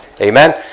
Amen